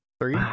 three